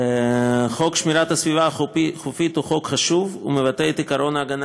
חוק שמירת הסביבה החופית הוא חוק חשוב ומבטא את עקרון ההגנה